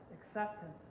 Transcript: Acceptance